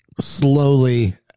slowly